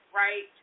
right